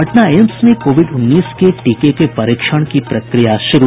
Patna AIIMS में covid उन्नीस के टीके के परीक्षण की प्रक्रिया शुरू